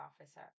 officer